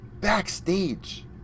backstage